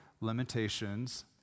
limitations